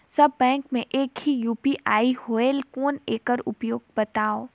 सब bank मे एक ही यू.पी.आई होएल कौन एकर उपयोग बताव?